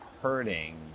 hurting